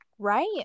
Right